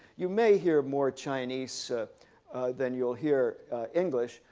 you may hear more chinese than you'll hear english,